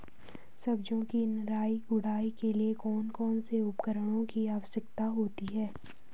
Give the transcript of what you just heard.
सब्जियों की निराई गुड़ाई के लिए कौन कौन से उपकरणों की आवश्यकता होती है?